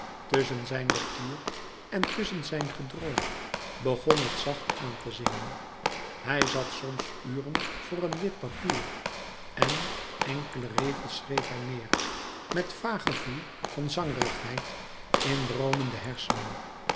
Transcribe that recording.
tusschen zijn lectuur en tusschen zijn gedroom begon het zacht aan te zingen hij zat soms uren voor een wit papier en enkele regels schreef hij neêr met vaag gevoel van zangerigheid in droomende hersens